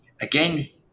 Again